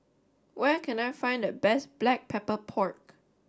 where can I find the best Black Pepper Pork